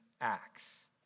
acts